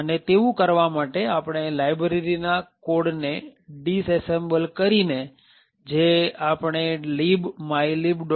અને એવું કરવા માટે આપણે લાયબ્રેરી ના કોડ ને ડિસેસેમ્બલ કરીને જે આપણે libmylib